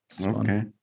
okay